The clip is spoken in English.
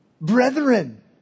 brethren